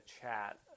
chat